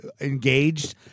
engaged